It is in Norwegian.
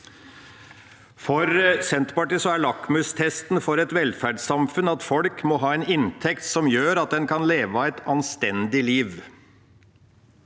For Senterpartiet er lakmustesten for et velferdssamfunn at folk må ha en inntekt som gjør at de kan leve et anstendig liv.